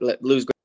lose